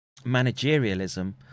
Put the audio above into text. managerialism